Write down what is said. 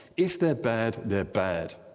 if they're bad, they're bad.